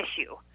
issue